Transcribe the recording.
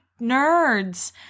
nerds